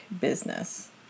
business